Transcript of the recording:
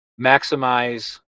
maximize